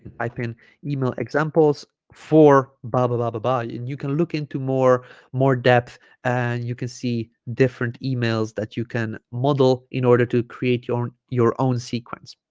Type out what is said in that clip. type in email examples for blah blah blah yeah and you can look into more more depth and you can see different emails that you can model in order to create your your own sequence